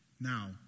Now